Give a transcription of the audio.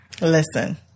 Listen